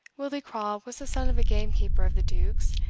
willie craw was the son of a gamekeeper of the duke's,